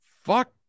fuck